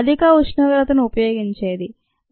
అధిక ఉష్ణోగ్రతను ఉపయోగించే ది